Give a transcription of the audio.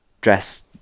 dress